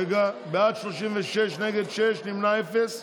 בעד, 36, נגד, שישה, נמנעים, אפס.